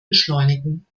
beschleunigen